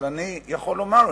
אבל אני יכול לומר,